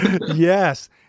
Yes